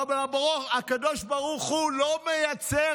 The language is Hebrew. אבל הקדוש ברוך הוא לא מייצר,